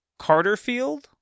carterfield